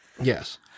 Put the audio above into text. Yes